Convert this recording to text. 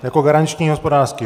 Jako garanční hospodářský?